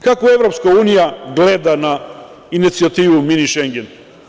Kako EU gleda na inicijativu „mini Šengen“